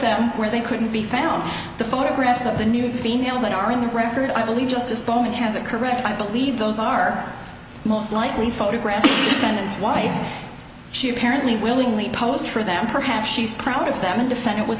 them where they couldn't be found the photographs of the new female that are in the record i believe justice tony has a correct i believe those are most likely photographs and that's why she apparently willingly post for them perhaps she was proud of them and defendant was